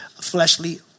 fleshly